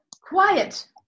Quiet